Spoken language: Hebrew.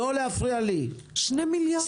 2 מיליארד שקל.